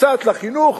קצת לחינוך,